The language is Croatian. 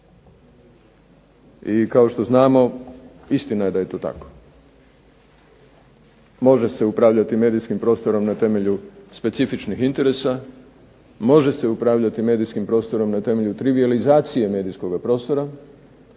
i kao što znamo, istina je da je to tako. Može se upravljati medijskim prostorom na temelju specifičnih interesa, može se upravljati medijskim prostorom na temelju trivijalizacije medijskoga prostora